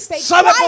¿Sabe